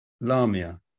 Lamia